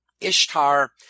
Ishtar